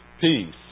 peace